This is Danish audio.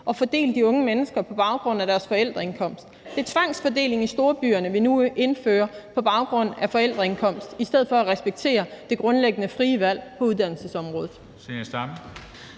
at fordele de unge mennesker på baggrund af deres forældres indkomst. Det er tvangsfordeling i storbyerne, vi nu indfører, på baggrund af forældreindkomst, i stedet for at vi respekterer det grundlæggende frie valg på uddannelsesområdet.